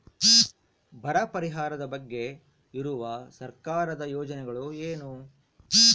ಬರ ಪರಿಹಾರದ ಬಗ್ಗೆ ಇರುವ ಸರ್ಕಾರದ ಯೋಜನೆಗಳು ಏನು?